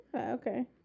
Okay